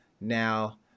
now